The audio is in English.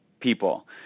people